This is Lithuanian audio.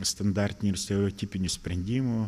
standartinių ir stereotipinių sprendimų